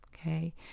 Okay